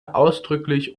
ausdrücklich